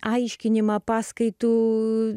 aiškinimą paskaitų